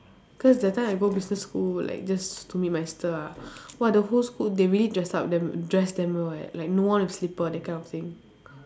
cause that time I go business school like just to meet my sister ah !wah! the whole school they really dress up them they dress them well eh like no one wear slipper that kind of thing